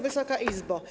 Wysoka Izbo!